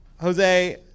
Jose